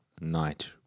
Night